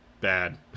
bad